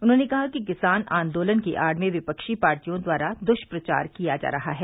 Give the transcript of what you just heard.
उन्होंने कहा कि किसान आदोलन की आड़ में विपक्षी पार्टियों द्वारा दुष्प्रचार किया जा रहा है